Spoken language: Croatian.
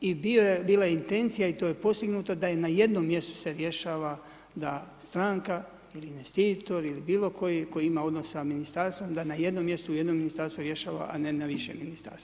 I bila je intencija i to je postignuto da na jednom mjestu se rješava da stranka, investitor ili bilo koji tko ima odnos sa ministarstvo da na jednom mjestu jedno ministarstvo rješava a ne na više ministarstva.